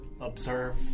observe